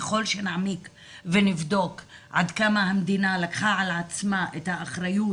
ככל שנעמיק ונבדוק עד כמה המדינה לקחה על עצמה את האחריות